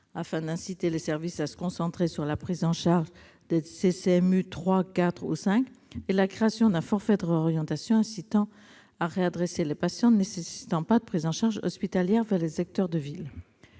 afin d'inciter les services à se concentrer sur la prise en charge des patients classés CCMU 3, 4 ou 5 ; la création d'un forfait de réorientation visant à inciter les services à réadresser les patients ne nécessitant pas de prise en charge hospitalière vers les acteurs de ville.